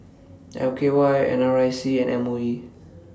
L K Y N R I C and M O E